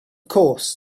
course